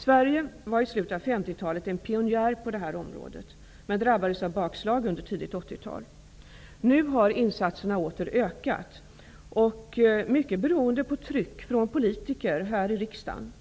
Sverige var i slutet av 50-talet pionjär på det här området men drabbades av bakslag under tidigt 80 tal. Nu har insatserna åter ökat, mycket beroende på tryck från politiker här i riksdagen.